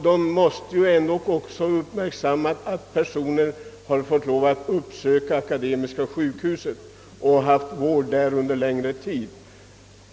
Den måste ändå uppmärksamma att personer har fått lov att söka vård på Akademiska sjukhuset under längre tid.